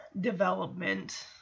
development